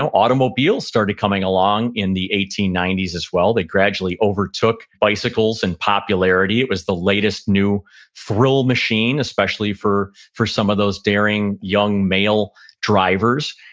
so automobiles started coming along in the eighteen ninety s as well. they gradually overtook bicycles in popularity. it was the latest new thrill machine, especially for for some of those daring young male drivers.